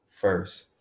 first